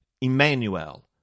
Emmanuel